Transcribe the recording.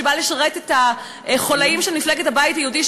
שבא לשרת את החוליים של מפלגת הבית היהודי,